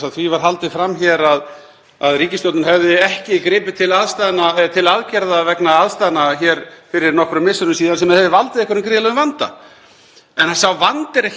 En sá vandi er ekki að birtast okkur í lífskjaramælingum á Íslandi í dag, þvert á móti. Lífskjör hafa vaxið ár frá ári og kaupmáttur fór vaxandi í heimsfaraldrinum.